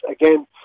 again